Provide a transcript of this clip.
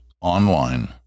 online